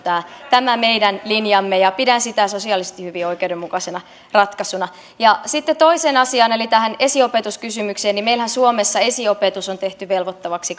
tämä meidän linjamme ja pidän sitä sosiaalisesti hyvin oikeudenmukaisena ratkaisuna sitten toiseen asiaan eli tähän esiopetuskysymykseen meillähän suomessa esiopetus on tehty velvoittavaksi